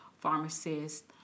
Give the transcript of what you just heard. pharmacist